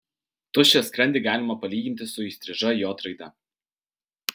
tuščią skrandį galima palyginti su įstriža j raide